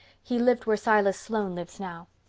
he lived where silas sloane lives now.